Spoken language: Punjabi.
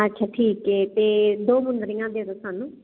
ਅੱਛਾ ਠੀਕ ਹ ਤੇ ਦੋ ਮੁੰਦਰੀਆਂ ਦੇ ਦੋ ਸਾਨੂੰ